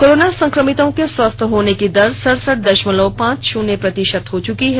corona संक्रमितों के स्वस्थ होने की दर सड़सठ दशमलव पांच शून्य प्रतिशत हो चुकी है